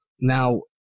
Now